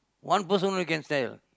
one person only can stand